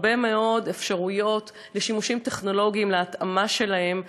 הרבה מאוד אפשרויות לשימושים טכנולוגיים ולהתאמה שלהם,